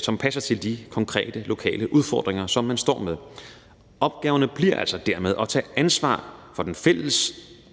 som passer til de konkrete lokale udfordringer, som man står med. Opgaverne bliver altså dermed at tage ansvar for den fælles